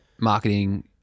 marketing